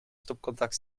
stopcontact